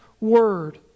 word